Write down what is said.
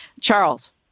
Charles